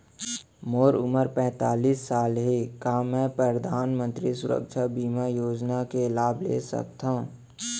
मोर उमर पैंतालीस साल हे का मैं परधानमंतरी सुरक्षा बीमा योजना के लाभ ले सकथव?